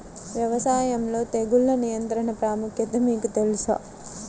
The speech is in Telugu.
వ్యవసాయంలో తెగుళ్ల నియంత్రణ ప్రాముఖ్యత మీకు తెలుసా?